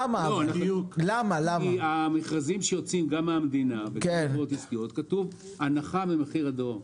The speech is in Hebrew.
כי המכרזים שיוצאים מהמדינה הם בהנחה ממחיר הדואר.